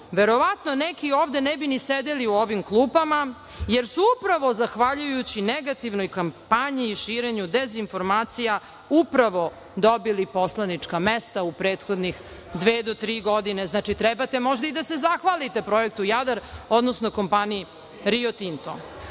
verovatno neki ovde ne bi ni sedeli u ovim klupama, jer su upravo zahvaljujući negativnoj kampanji i širenju dezinformacija upravo dobili poslanička mesta u prethodnih dve do tri godine. Znači, trebate možda i da se zahvalite projektu „Jadar“, odnosno kompaniji Rio Tinto. Hajde